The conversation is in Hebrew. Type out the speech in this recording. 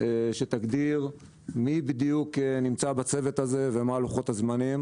שתגדיר מי בדיוק נמצא בצוות הזה ומה לוחות הזמנים